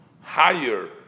higher